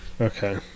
okay